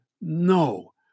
no